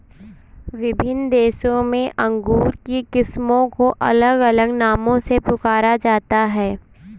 विभिन्न देशों में अंगूर की किस्मों को अलग अलग नामों से पुकारा जाता है